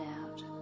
out